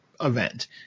event